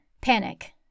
Panic